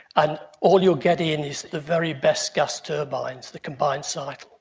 and all you will get in is the very best gas turbines, the combined cycle.